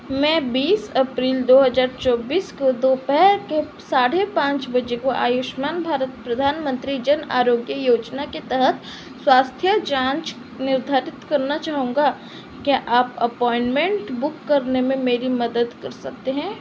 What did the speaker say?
मैं बीस अप्रील दो हज़ार चौबीस को दोपहर के साढ़े पाँच बजे को आयुष्मान भारत प्रधानमंत्री जन आरोग्य योजना के तहत स्वास्थ्य जाँच निर्धारित करना चाहूँगा क्या आप अपॉइनमेंट बुक करने में मेरी मदद कर सकते हैं